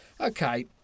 Okay